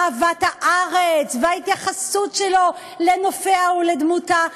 אהבת הארץ וההתייחסות שלו לנופיה ולדמותה,